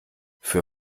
für